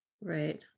Right